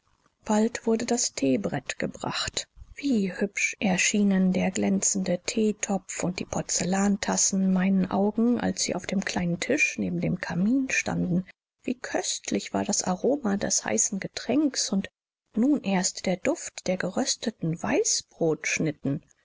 bald wurde das theebrett gebracht wie hübsch erschienen der glänzende theetopf und die porzellantassen meinen augen als sie auf dem kleinen tisch neben dem kamin standen wie köstlich war das aroma des heißen getränks und nun erst der duft der gerösteten weißbrotschnitten